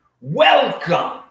Welcome